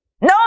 no